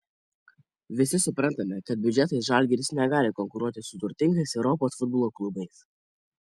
visi suprantame kad biudžetais žalgiris negali konkuruoti su turtingais europos futbolo klubais